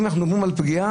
אם אנחנו מדברים על פגיעה,